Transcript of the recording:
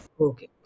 Okay